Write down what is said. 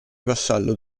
vassallo